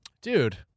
Dude